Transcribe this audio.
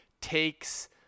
takes